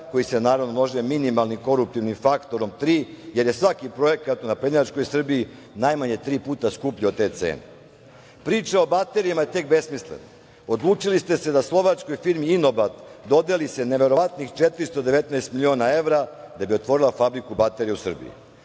koji se naravno množe minimalnim koruptivnim faktorom tri, jer je svaki projekat u naprednjačkoj Srbiji najmanje tri puta skuplji od te cene. Priča o baterijama je tek besmislena. Odlučili ste se da slovačkoj firmi „Inobat“ dodeli se neverovatnih 419 miliona evra, da bi otvorila fabriku baterija u Srbiji.